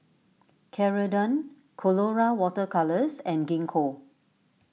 Ceradan Colora Water Colours and Gingko